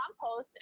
compost